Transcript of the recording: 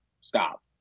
stop